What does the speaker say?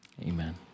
Amen